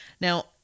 Now